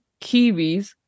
Kiwis